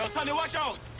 yo! sonny, watch out!